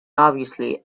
obviously